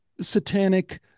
satanic